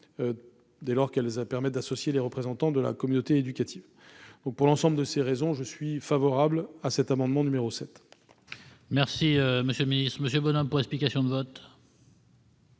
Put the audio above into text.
dès lors qu'elles permettent d'associer les représentants de la communauté éducative. Pour l'ensemble de ces raisons, je suis favorable à l'amendement n° 7. La parole est à M. François Bonhomme, pour explication de vote.